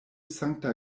sankta